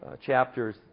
chapters